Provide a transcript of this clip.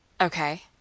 Okay